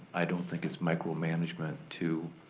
i don't think it's micromanagement to